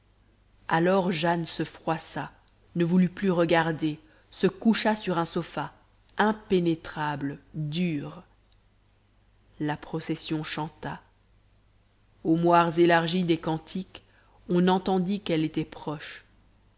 alors jane se froissa ne voulut plus regarder se coucha sur un sofa impénétrable dure la procession chanta aux moires élargies des cantiques on entendit qu'elle était proche